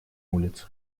улице